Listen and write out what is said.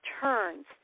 turns